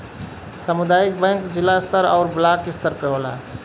सामुदायिक बैंक जिला स्तर आउर ब्लाक स्तर पे होला